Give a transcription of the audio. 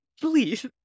Please